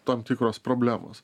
tam tikros problemos